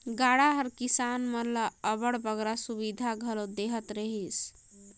गाड़ा हर किसान मन ल अब्बड़ बगरा सुबिधा घलो देहत रहिस